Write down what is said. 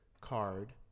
card